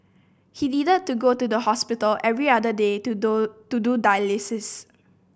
he needed to go to the hospital every other day to do to do dialysis